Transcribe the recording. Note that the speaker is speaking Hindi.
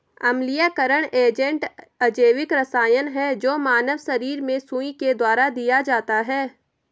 अम्लीयकरण एजेंट अजैविक रसायन है जो मानव शरीर में सुई के द्वारा दिया जाता है